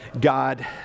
God